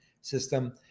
system